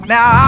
Now